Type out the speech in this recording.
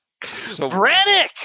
Brannick